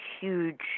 huge